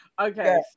Okay